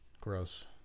Gross